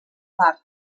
part